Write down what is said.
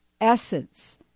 essence